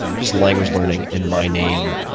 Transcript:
just language learning and my name.